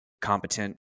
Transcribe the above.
competent